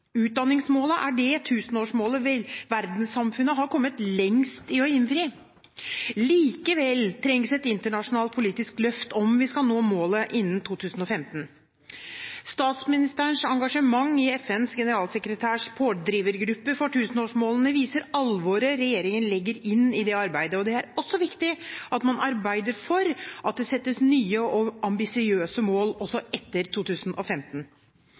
er det tusenårsmålet verdenssamfunnet har kommet lengst i å innfri. Likevel trengs et internasjonalt politisk løft om vi skal nå målet innen 2015. Statsministerens engasjement i FNs generalsekretærs pådrivergruppe for tusenårsmålene viser alvoret regjeringen legger inn i det arbeidet. Det er også viktig at man arbeider for at det settes nye og ambisiøse mål også etter 2015.